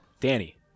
Danny